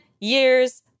years